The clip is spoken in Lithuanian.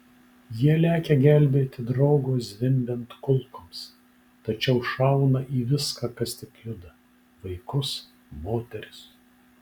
jie lekia gelbėti draugo zvimbiant kulkoms tačiau šauna į viską kas tik juda vaikus moteris